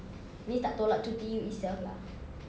means tak tolak cuti you itself lah